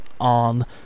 on